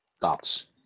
Thoughts